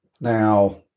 Now